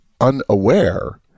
unaware